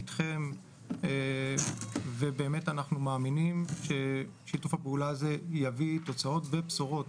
אתכם ואנחנו מאמינים ששיתוף הפעולה הזה יביא תוצאות ובשורות,